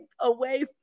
away